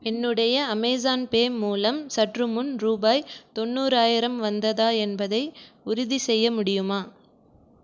என்னுடைய Amazon Pay மூலம் சற்றுமுன் ரூபாய் தொண்ணூறாயிரம் வந்ததா என்பதை உறுதிசெய்ய முடியுமா